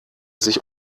sich